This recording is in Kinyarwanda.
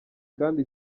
kandi